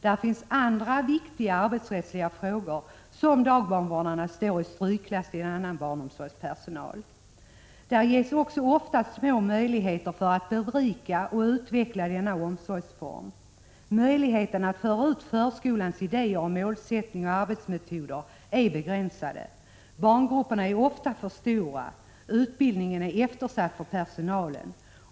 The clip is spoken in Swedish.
Det finns andra viktiga arbetsrättsliga frågor där dagbarnvårdarna står i strykklass i förhållande till annan barnomsorgspersonal. Det ges också ofta små möjligheter att berika och utveckla denna omsorgsform. Möjligheten att föra ut förskolans idéer, målsättning och arbetsmetoder är begränsade. Barngrupperna är ofta för stora. Utbildningen = Prot. 1986/87:19 är eftersatt för personalen.